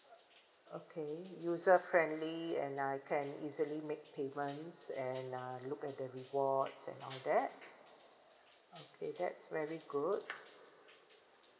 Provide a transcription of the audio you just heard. okay user friendly and I can easily make payments and uh look at the rewards and all that okay that's very good